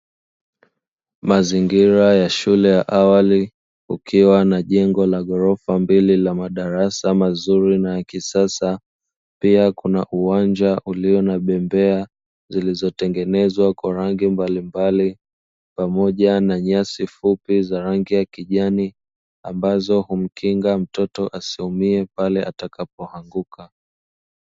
Mazingira ya shule ya awali kukiwa na jengo la ghorofa mbili la madarasa mazuri ya kisasa, pia kuna uwanja ulio na bembea zilizotengenezwa kwa rangi mbalimbali pamoja na nyasi fupi za rangi ya kijani ambazo humkinga mtoto asiumie pale atakapoanguka.